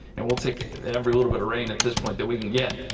and we'll take every little bit of rain at this point that we can get.